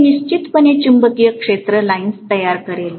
हे निश्चितपणे चुंबकीय क्षेत्र लाइन्स तयार करेल